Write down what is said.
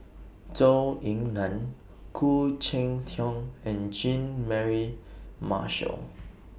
Zhou Ying NAN Khoo Cheng Tiong and Jean Mary Marshall